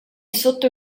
sotto